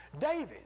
David